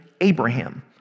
Abraham